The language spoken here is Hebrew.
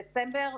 בדצמבר,